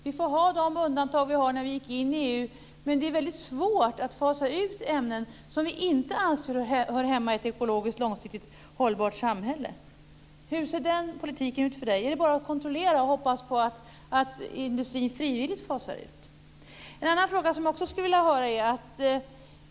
Vi får ha de undantag som vi fick när vi gick in i EU, men det är väldigt svårt att fasa ut ämnen som vi inte anser hör hemma i ett ekologiskt långsiktigt hållbart samhälle. Hur ser den politiken ut för Sinikka Bohlin? Är det bara att hoppas på att industrin frivilligt fasar ut dessa ämnen? Jag skulle också vilja ställa en annan fråga.